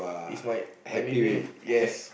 it's my my nickname yes